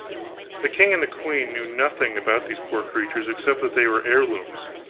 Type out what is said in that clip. the king and the queen knew nothing about these poor creatures, except that they were heirlooms,